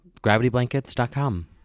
gravityblankets.com